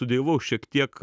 studijavau šiek tiek